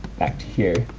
back to here,